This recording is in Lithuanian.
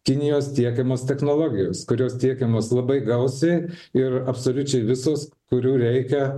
kinijos tiekiamos technologijos kurios tiekiamos labai gausiai ir absoliučiai visos kurių reikia